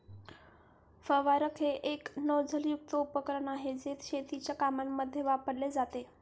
फवारक हे एक नोझल युक्त उपकरण आहे, जे शेतीच्या कामांमध्ये वापरले जाते